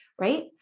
right